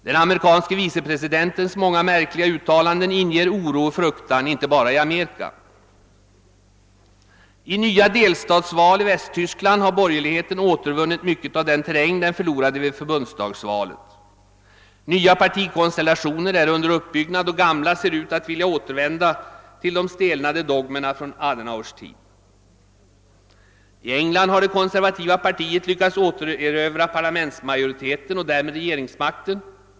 Den amerikanske vicepresidentens många märkliga uttalanden inger oro och fruktan, inte bara i Amerika. I nya delstatsval i Västtyskland har borgerligheten återvunnit mycket av den terräng den förlorade vid förbundsdagsvalet. Nya partikonstellationer är under uppbyggnad och gamla ser ut att vilja återvända till de stelnade dogmerna från Adenauers tid. I England har det konservativa partiet lyckats återerövra parlamentsmajoriteten och därmed regeringsmakten.